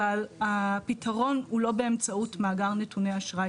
אבל הפתרון הוא לא באמצעות מאגר נתוני אשראי,